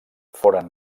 foren